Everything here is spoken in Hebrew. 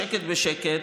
בשקט בשקט,